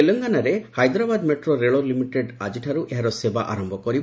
ତେଲଙ୍ଗାନାରେ Hyderabad metro rail limited ଆକିଠାରୁ ଏହାର ସେବା ଆରମ୍ଭ କରିବ